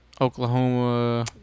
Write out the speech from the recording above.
Oklahoma